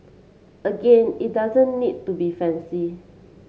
again it doesn't need to be fancy